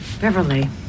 beverly